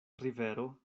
rivero